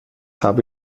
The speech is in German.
habe